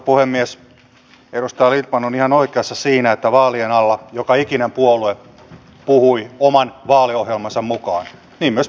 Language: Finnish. edustaja lindtman on ihan oikeassa siinä että vaalien alla joka ikinen puolue puhui oman vaaliohjelmansa mukaan niin myös perussuomalaiset